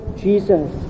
Jesus